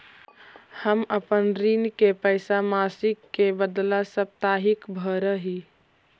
हम अपन ऋण के पैसा मासिक के बदला साप्ताहिक भरअ ही